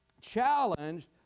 challenged